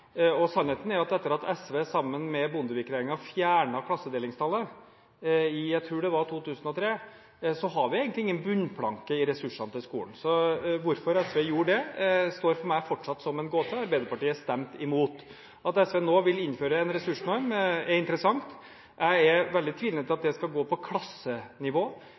og sannheten er at etter at SV sammen med Bondevik-regjeringen fjernet klassedelingstallet i 2003 – tror jeg det var – har vi egentlig ingen bunnplanke i ressursene til skolen. Hvorfor SV gjorde det, står for meg fortsatt som en gåte. Arbeiderpartiet stemte imot. At SV nå vil innføre en ressursnorm, er interessant. Jeg er veldig tvilende til at det skal gå på klassenivå,